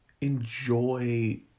enjoy